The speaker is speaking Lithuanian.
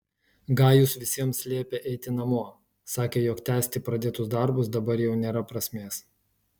gajus visiems liepė eiti namo sakė jog tęsti pradėtus darbus dabar jau nėra prasmės